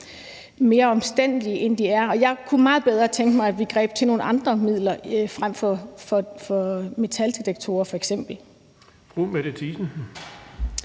mere omstændelige, end de er. Jeg kunne meget bedre tænke mig, at vi greb til nogle andre midler end f.eks. metaldetektorer.